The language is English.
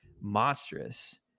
monstrous